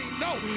no